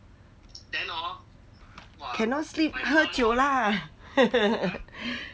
cannot sleep 喝酒啦